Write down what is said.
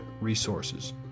resources